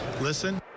listen